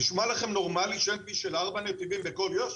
נשמע לכם נורמלי שאין כביש של ארבעה נתיבים בכל יו"ש?